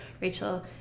Rachel